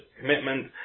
commitment